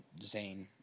Zayn